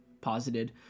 posited